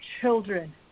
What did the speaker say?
children